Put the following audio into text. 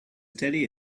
teddy